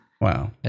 Wow